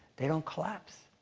they don't collapse.